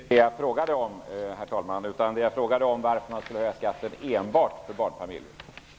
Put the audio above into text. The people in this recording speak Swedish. Fru talman! Det var inte riktigt det jag frågade om, utan jag frågade varför man skulle höja skatten enbart för barnfamiljer.